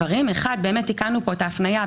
תיקנו פה את ההפניה.